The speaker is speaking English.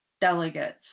delegates